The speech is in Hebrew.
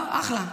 אחלה.